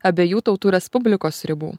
abiejų tautų respublikos ribų